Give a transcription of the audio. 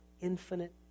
infinite